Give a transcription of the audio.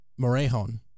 Morejon